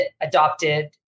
adopted